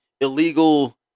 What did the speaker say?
illegal